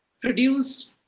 produced